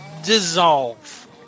dissolve